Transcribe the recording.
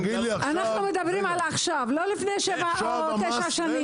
אנחנו מדברים על עכשיו, לא לפני תשע שנים.